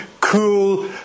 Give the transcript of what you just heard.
cool